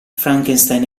frankenstein